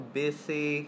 busy